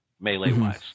melee-wise